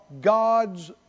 God's